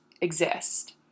exist